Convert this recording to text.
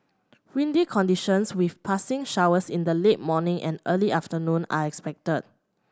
windy conditions with passing showers in the late morning and early afternoon are expected